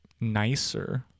nicer